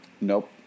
Nope